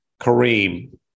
Kareem